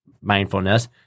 mindfulness